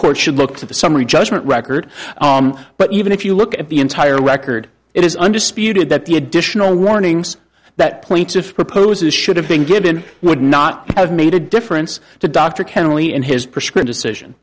court should look to the summary judgment record but even if you look at the entire record it is undisputed that the additional warnings that plaintiff proposes should have been given would not have made a difference to dr kenneally in his prescriptive cision